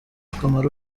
akamaro